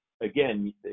again